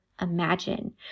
imagine